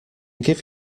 give